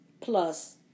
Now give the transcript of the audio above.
plus